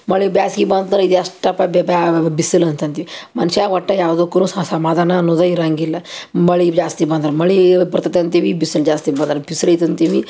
ಮಳೆ ಬ್ಯಾಸ್ಗೆ ಬಂದ್ರೆ ಇದುಎಷ್ಟಪ್ಪ ಬಿಸಿಲು ಅಂತ ಅಂತೀವಿ ಮನ್ಷಗೆ ಒಟ್ಟು ಯಾವ್ದುಕ್ಕೂ ಸ ಸಮಾಧಾನ ಅನ್ನುವುದೇ ಇರಂಗಿಲ್ಲ ಮಳೆ ಜಾಸ್ತಿ ಬಂದ್ರೆ ಮಳೆ ಬರ್ತೈತೆ ಅಂತೀವಿ ಬಿಸಲು ಜಾಸ್ತಿ ಬಂದ್ರೆ ಬಿಸಿಲು ಐತೆ ಅಂತೀವಿ